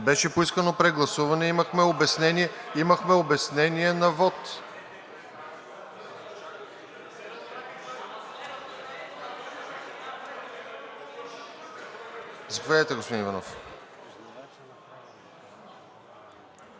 беше поискано прегласуване, а имахме обяснение на вот. Заповядайте, господин Иванов.